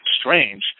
Strange